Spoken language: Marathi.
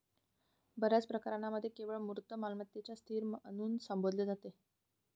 बर्याच प्रकरणांमध्ये केवळ मूर्त मालमत्तेलाच स्थिर म्हणून संबोधले जाते